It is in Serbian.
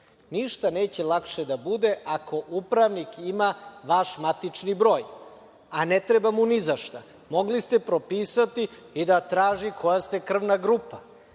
Ništa neće lakše da bude ako upravnik ima vaš matični broj, a ne treba mu ni za šta. Mogli ste propisati i da traži koja ste krvna grupa. Mi